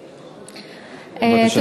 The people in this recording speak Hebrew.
בבקשה.